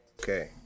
Okay